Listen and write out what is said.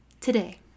today